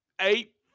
eight